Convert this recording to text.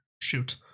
Shoot